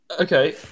Okay